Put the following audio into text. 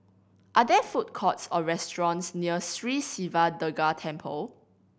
are there food courts or restaurants near Sri Siva Durga Temple